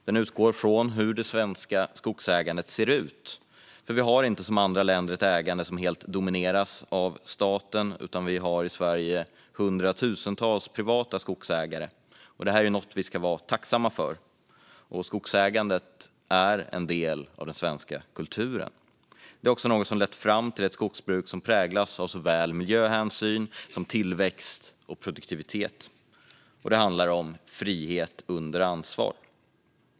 Den utgår från hur det svenska skogsägandet ser ut. Vi har nämligen inte som andra länder ett ägande som helt domineras av staten, utan vi har i Sverige hundratusentals privata skogsägare. Detta är något vi ska vara tacksamma för. Skogsägandet är en del av den svenska kulturen. Det är också något som lett fram till ett skogsbruk som präglas av såväl miljöhänsyn som tillväxt och produktivitet. Det handlar om frihet under ansvar.